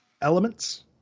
elements